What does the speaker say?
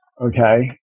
okay